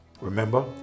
Remember